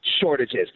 shortages